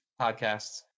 podcasts